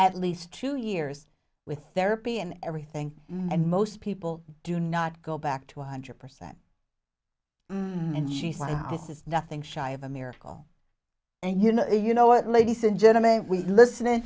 at least two years with therapy and everything and most people do not go back to one hundred percent and she said this is nothing shy of a miracle and you know you know it ladies and gentlemen we listen